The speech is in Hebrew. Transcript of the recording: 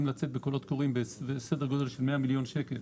לצאת בקולות קוראים בסדר גודל של 100 מיליון שקל